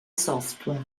software